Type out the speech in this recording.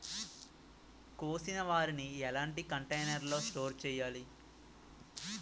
కోసిన వరిని ఎలాంటి కంటైనర్ లో స్టోర్ చెయ్యాలి?